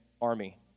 army